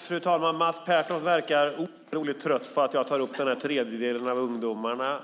Fru talman! Mats Pertoft verkar otroligt trött på att jag tar upp den där tredjedelen av ungdomarna.